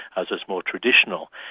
as is more traditional.